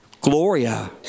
Gloria